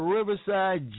Riverside